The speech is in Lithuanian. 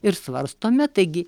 ir svarstome taigi